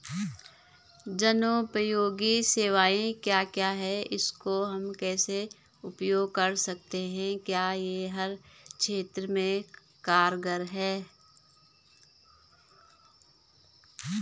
जनोपयोगी सेवाएं क्या क्या हैं इसको हम कैसे उपयोग कर सकते हैं क्या यह हर क्षेत्र में कारगर है?